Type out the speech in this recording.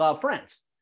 friends